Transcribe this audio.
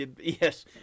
Yes